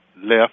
left